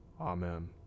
Amen